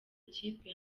ikipe